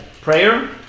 prayer